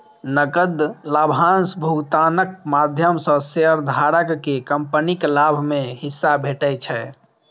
नकद लाभांश भुगतानक माध्यम सं शेयरधारक कें कंपनीक लाभ मे हिस्सा भेटै छै